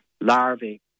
larvae